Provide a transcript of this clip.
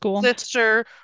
sister